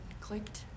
clicked